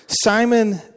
Simon